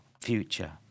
future